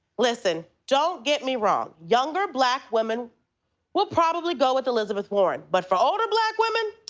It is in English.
listen, don't get me wrong. younger black women will probably go with elizabeth warren, but for older black women,